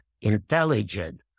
intelligent